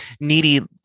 needy